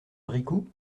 bricout